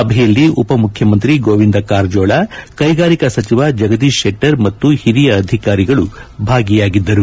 ಸಭೆಯಲ್ಲಿ ಉಪಮುಖ್ಯಮಂತ್ರಿ ಗೋವಿಂದ ಕಾರಜೋಳ ಕೈಗಾರಿಕಾ ಸಚಿವ ಜಗದೀಶ್ ಶೆಟ್ಟರ್ ಮತ್ತು ಹಿರಿಯ ಅಧಿಕಾರಿಗಳು ಭಾಗಿಯಾಗಿದ್ದರು